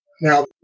Now